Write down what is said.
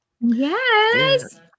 Yes